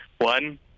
One